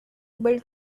able